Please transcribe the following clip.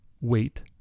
Wait